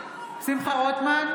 רוטמן,